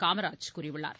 காமராஜ் கூறியுள்ளார்